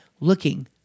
looking